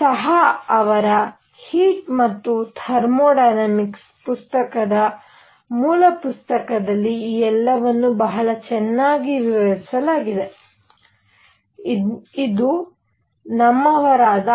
ಸಹಾ ಅವರ ಹೀಟ್ ಮತ್ತು ಥರ್ಮೋಡೈನಾಮಿಕ್ಸ್ ಪುಸ್ತಕದ ಮೂಲಕ ಪುಸ್ತಕದಲ್ಲಿ ಈ ಎಲ್ಲವನ್ನು ಬಹಳ ಚೆನ್ನಾಗಿ ವಿವರಿಸಲಾಗಿದೆ ಇದು ನಮ್ಮವರಾದ